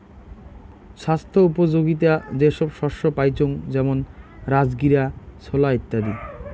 ছাস্থ্যোপযোগীতা যে সব শস্য পাইচুঙ যেমন রাজগীরা, ছোলা ইত্যাদি